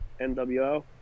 NWO